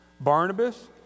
Barnabas